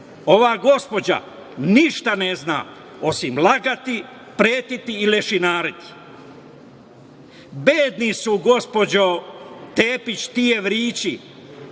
Ova gospođa ništa ne zna, osim lagati, pretiti i lešinariti. Bedni su, gospođo Tepić, ti evrići